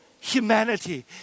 humanity